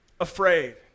afraid